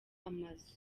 amazu